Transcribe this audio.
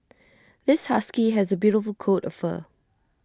this husky has A beautiful coat of fur